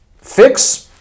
fix